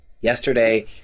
yesterday